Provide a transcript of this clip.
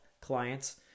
clients